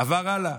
עבר הלאה.